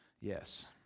Yes